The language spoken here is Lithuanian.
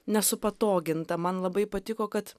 nesupatoginta man labai patiko kad